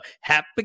happy